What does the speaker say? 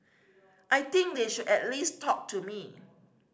I think they should at least talk to me